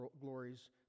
glories